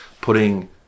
putting